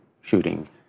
shooting